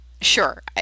sure